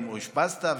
האם אושפזת?